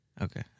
Okay